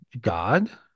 God